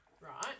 Right